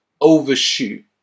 overshoot